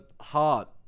heart